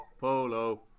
Polo